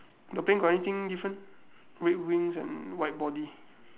your paint got anything different red wings and white body